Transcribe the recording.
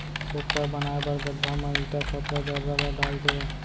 सोख्ता बनाए बर गड्ढ़ा म इटा, खपरा, दर्रा ल डाल देवय